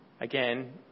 Again